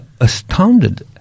astounded